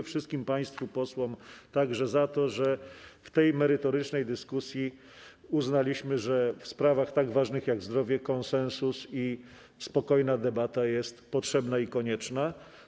Wszystkim państwu posłom także dziękuję za to, że w tej merytorycznej dyskusji uznaliście, że w sprawach tak ważnych jak zdrowie konsensus i spokojna debata są potrzebne i konieczne.